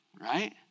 right